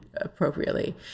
appropriately